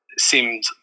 seemed